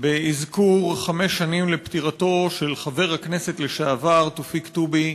באזכור חמש שנים לפטירתו של חבר הכנסת לשעבר תופיק טובי,